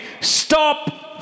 stop